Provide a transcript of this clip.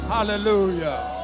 Hallelujah